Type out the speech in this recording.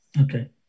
Okay